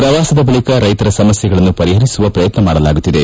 ಪ್ರವಾಸದ ಬಳಿಕ ರೈತರ ಸಮಸ್ಗೆಗಳನ್ನು ಪರಿಹರಿಸುವ ಪ್ರಯತ್ನ ಮಾಡಲಾಗುತ್ತಿದೆ